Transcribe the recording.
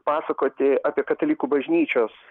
pasakoti apie katalikų bažnyčios